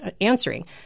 answering